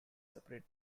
separate